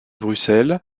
bruxelles